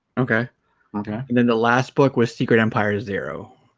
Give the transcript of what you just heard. okay okay and then the last book was secret empire zero